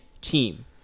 team